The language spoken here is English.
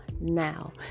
now